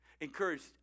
Encouraged